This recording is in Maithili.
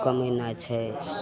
कमेनाइ छै